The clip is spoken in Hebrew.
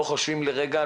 לא חושבים לרגע,